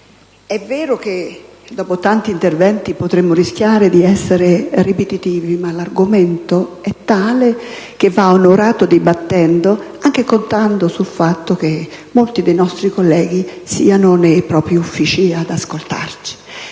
è vero che dopo tanti interventi potrei rischiare di essere ripetitiva, ma l'argomento è tale che va onorato dibattendo, anche contando sul fatto che molti dei nostri colleghi siano nei propri uffici ad ascoltarci.